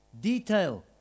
Detail